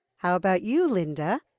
how about you, linda?